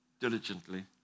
diligently